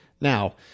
Now